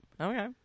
Okay